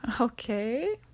Okay